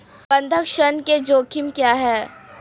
बंधक ऋण के जोखिम क्या हैं?